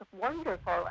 wonderful